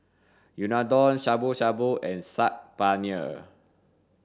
Unadon Shabu shabu and Saag Paneer